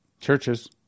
Churches